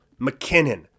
McKinnon